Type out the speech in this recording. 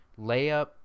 layup